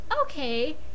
okay